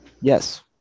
Yes